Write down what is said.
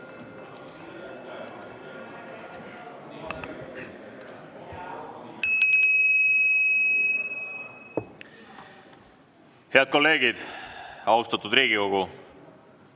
Head kolleegid, austatud Riigikogu!